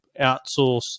outsource